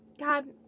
God